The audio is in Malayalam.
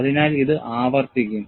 അതിനാൽ ഇത് ആവർത്തിക്കും